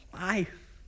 life